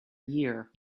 year